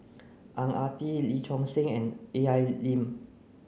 Ang Ah Tee Lee Choon Seng and A I Lim